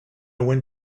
went